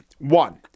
One